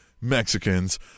mexicans